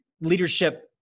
leadership